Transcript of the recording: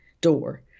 door